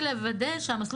על המסלול